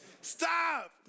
stop